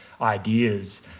ideas